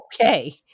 okay